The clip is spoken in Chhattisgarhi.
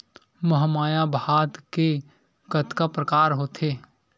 महमाया भात के कतका प्रकार होथे?